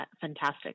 fantastic